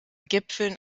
gipfeln